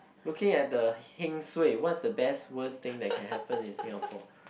looking at the heng suay what's the best worst thing that can happen in Singapore